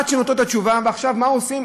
עד שהן נותנות את התשובה, ועכשיו מה עושים?